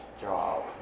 job